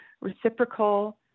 reciprocal